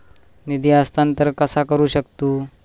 निधी हस्तांतर कसा करू शकतू?